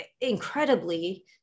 incredibly